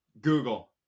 Google